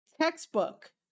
textbook